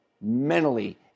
mentally